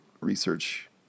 research